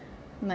my